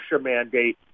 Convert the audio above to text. mandate